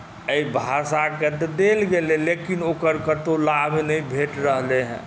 एहि भाषाकेँ तऽ देल गेलै लेकिन ओकर कतहु लाभ नहि भेट रहलै हेँ